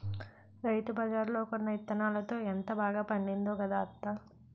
రైతుబజార్లో కొన్న యిత్తనాలతో ఎంత బాగా పండిందో కదా అత్తా?